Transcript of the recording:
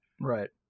right